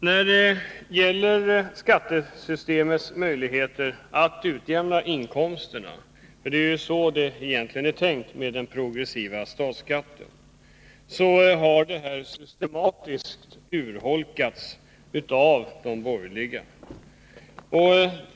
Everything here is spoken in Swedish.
Möjligheterna att via skattesystemet utjämna skillnaderna i inkomst — det är ju avsikten med den progressiva statsskatten — har systematiskt urholkats av de borgerliga.